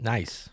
Nice